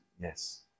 yes